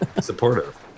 supportive